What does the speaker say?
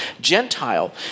Gentile